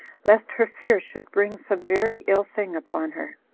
lest her fear should bring some very ill thing upon her,